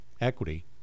equity